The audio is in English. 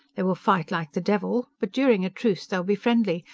they will fight like the devil, but during a truce they'll be friendly,